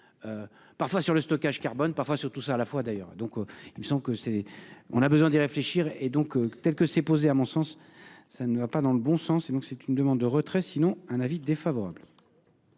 Parfois sur le stockage carbone parfois sur tout ça à la fois d'ailleurs, donc il me semble que c'est on a besoin d'y réfléchir et donc tels que s'est posée, à mon sens, ça ne va pas dans le bon sens et donc c'est une demande de retrait sinon un avis défavorable.